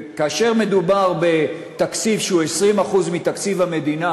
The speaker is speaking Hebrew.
כאשר מדובר בתקציב שהוא 20% מתקציב המדינה,